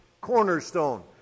cornerstone